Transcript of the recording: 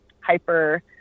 hyper